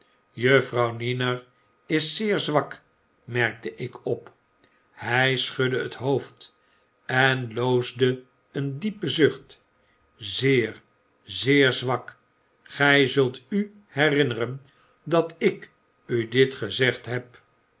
mejuffrouw niner is zeer zwak merkte ikop hij schudde het hoofd en loosde een diepen zucht zeer zeer zwak gij zult u herinneren dat ik u dit gezegd heb